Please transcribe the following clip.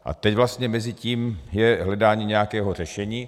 A teď vlastně mezi tím je hledání nějakého řešení.